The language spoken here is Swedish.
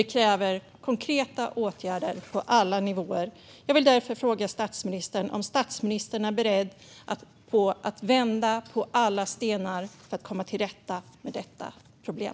Detta kräver konkreta åtgärder på alla nivåer. Jag vill därför fråga statsministern om hon är beredd att vända på alla stenar för att komma till rätta med detta problem.